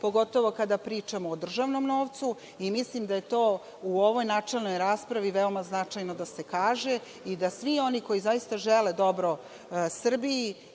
pogotovo kada pričamo o državnom novcu i mislim da je to u ovoj načelnoj raspravi veoma značajno da se kaže i da svi oni koji žele dobro Srbiji